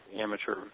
amateur